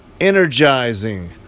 energizing